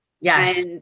Yes